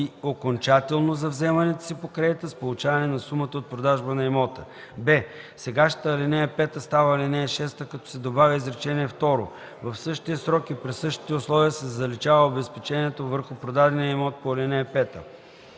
и окончателно за вземанията си по кредита с получаване на сумата от продажбата на имота.“; б) досегашната ал. 5 става ал. 6 като се добавя изречение второ: „В същия срок и при същите условия се заличава обезпечението върху продадения имот по ал. 5”